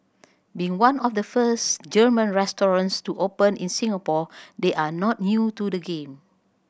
being one of the first German restaurants to open in Singapore they are not new to the game